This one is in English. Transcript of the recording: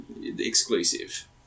exclusive